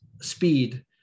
speed